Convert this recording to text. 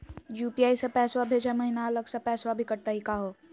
UPI स पैसवा भेजै महिना अलग स पैसवा भी कटतही का हो?